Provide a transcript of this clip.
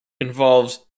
involves